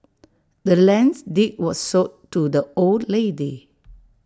the land's deed was sold to the old lady